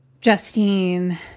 Justine